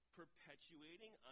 perpetuating